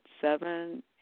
seven